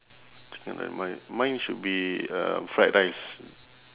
chicken rice mine mine should be um fried rice